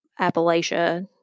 Appalachia